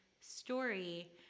story